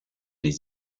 les